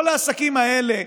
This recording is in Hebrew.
כל העסקים האלה,